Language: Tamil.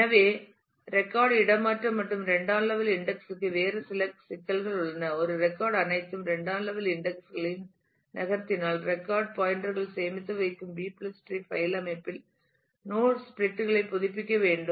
எனவே ரெக்கார்ட் இடமாற்றம் மற்றும் இரண்டாம் லெவல் இன்டெக்ஸ் க்கு வேறு சில சிக்கல்கள் உள்ளன ஒரு ரெக்கார்ட் அனைத்து இரண்டாம் லெவல் இன்டெக்ஸ் களையும் நகர்த்தினால் ரெக்கார்ட் பாயின்டர்கள் சேமித்து வைக்கும் பி டிரீ பைல் அமைப்பில் நோட் ஸ்பிளிட் களை புதுப்பிக்க வேண்டும்